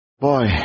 Boy